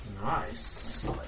Nice